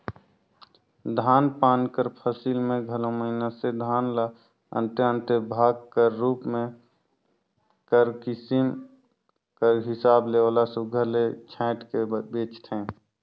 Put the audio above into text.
धान पान कर फसिल में घलो मइनसे धान ल अन्ते अन्ते भाग कर रूप में धान कर किसिम कर हिसाब ले ओला सुग्घर ले छांएट के बेंचथें